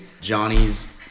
Johnny's